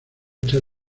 echar